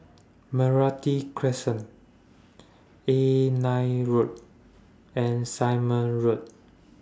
Meranti Crescent A nine Road and Simon Road